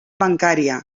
bancària